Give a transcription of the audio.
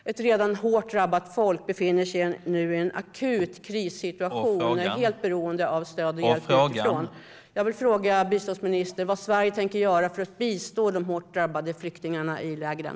Ett redan hårt drabbat folk befinner sig nu i en akut krissituation och är helt beroende av stöd utifrån. Vad tänker Sverige göra för att bistå de hårt drabbade flyktingarna i lägren?